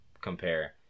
compare